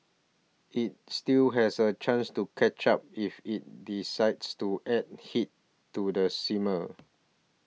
it still has a chance to catch up if it decides to add heat to the simmer